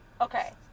Okay